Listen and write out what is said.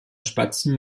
spatzen